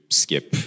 skip